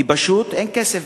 כי פשוט אין כסף,